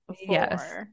yes